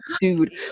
dude